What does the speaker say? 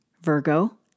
Virgo